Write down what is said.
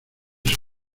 sus